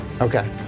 Okay